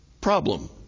problem